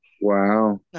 Wow